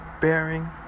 bearing